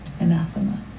Anathema